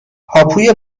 هاپوی